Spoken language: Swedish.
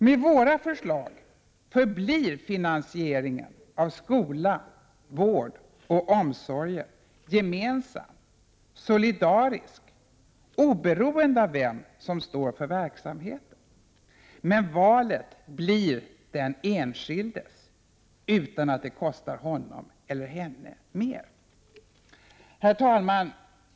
Med våra förslag förblir finansieringen av skola, vård och omsorger gemensam, solidarisk, oberoende av vem som står för verksamheten. Men valet blir den enskildes utan att det kostar honom eller henne mer. Herr talman!